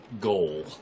goal